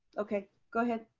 okay. go ahead.